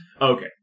Okay